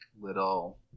little